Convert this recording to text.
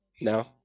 no